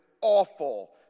awful